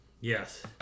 Yes